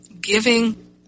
giving